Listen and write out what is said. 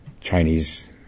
Chinese